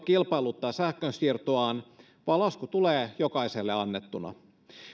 kilpailuttaa sähkönsiirtoaan vaan lasku tulee jokaiselle annettuna